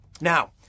Now